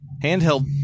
handheld